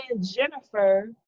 Jennifer